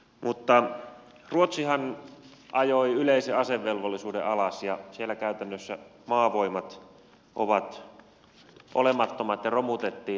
mutta ruotsihan ajoi yleisen asevelvollisuuden alas ja siellä käytännössä maavoimat ovat olemattomat ja romutettiin tällä